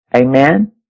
Amen